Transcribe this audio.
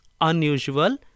unusual